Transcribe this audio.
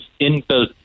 inbuilt